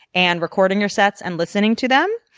and recording your sets and listening to them,